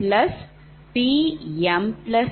Pn